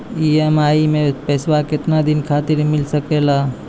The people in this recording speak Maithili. ई.एम.आई मैं पैसवा केतना दिन खातिर मिल सके ला?